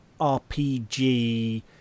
rpg